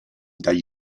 dagli